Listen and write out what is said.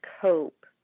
cope